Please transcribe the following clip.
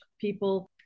people